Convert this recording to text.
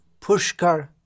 pushkar